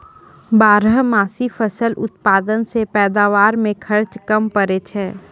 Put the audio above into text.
बारहमासी फसल उत्पादन से पैदावार मे खर्च कम पड़ै छै